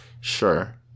Sure